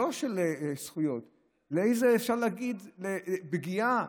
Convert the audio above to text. לא על זכויות, אפשר להגיד פגיעה,